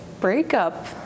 breakup